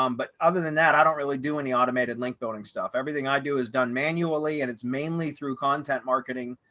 um but other than that, i don't really do any automated link building stuff. everything i do is done manually and it's mainly through content marketing,